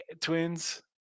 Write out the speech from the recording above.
twins